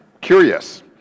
curious